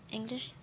English